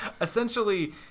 Essentially